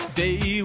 day